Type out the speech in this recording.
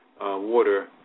water